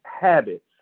habits